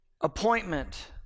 appointment